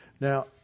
Now